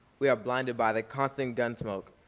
we are blinded by the constant gun smoke.